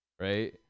right